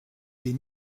des